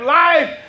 life